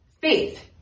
Faith